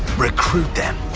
recruit them,